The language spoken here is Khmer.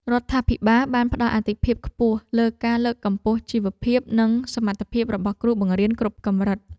រដ្ឋាភិបាលបានផ្តល់អាទិភាពខ្ពស់លើការលើកកម្ពស់ជីវភាពនិងសមត្ថភាពរបស់គ្រូបង្រៀនគ្រប់កម្រិត។